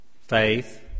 Faith